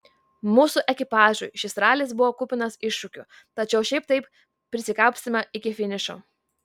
mūsų ekipažui šis ralis buvo kupinas iššūkių tačiau šiaip taip prisikapstėme iki finišo